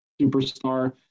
superstar